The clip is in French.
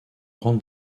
grande